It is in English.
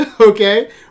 okay